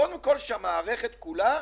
קודם שהמערכת כולה,